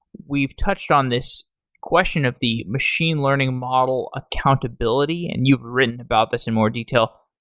we've touched on this question of the machine learning model accountability, and you've written about this in more detail.